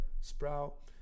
Sprout